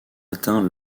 atteint